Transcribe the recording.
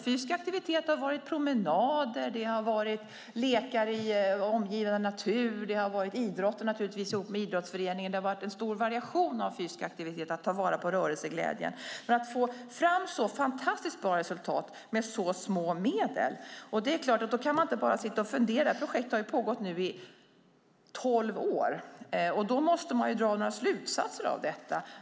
Fysisk aktivitet har varit promenader, lekar i omgivande natur och idrott ihop med idrottsföreningen. Det har varit en stor variation av fysisk aktivitet för att ta vara på rörelseglädjen. Man har fått fram ett fantastiskt bra resultat med små medel. Man kan inte bara sitta och fundera. Projektet har nu pågått i tolv år. Man måste dra några slutsatser av detta.